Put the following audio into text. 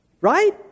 right